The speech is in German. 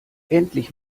endlich